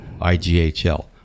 IGHL